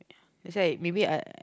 that's why maybe I